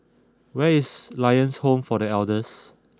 where is Lions Home for The Elders